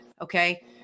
okay